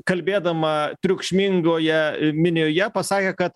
kalbėdama triukšmingoje minioje pasakė kad